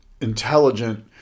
intelligent